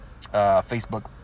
Facebook